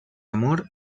amor